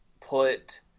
put